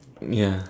ya